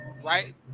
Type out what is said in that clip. Right